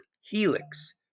helix